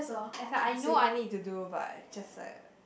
as I know I need to do but I just sad